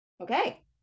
okay